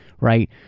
right